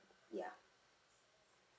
ya